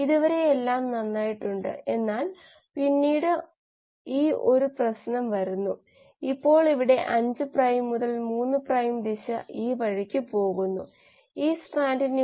അതിനാൽ ഇത് ഇതിന് തുല്യമാണ് അതാണ് ആദ്യ പടി എന്നിട്ട് ഈ മാട്രിക്സുമായി നമ്മൾ ഇത് മുൻകൂട്ടി ഗുണിച്ചു ക്ഷമിക്കണം ഈ മാട്രിക്സിന്റെ ഇൻവെഴ്സ് മാട്രിക്സുമായി